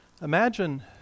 Imagine